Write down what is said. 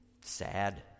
sad